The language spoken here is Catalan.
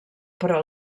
però